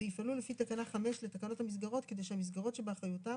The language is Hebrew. ויפעלו לפי תקנה 5 לתקנות המסגרות כדי שהמסגרות שבאחריותם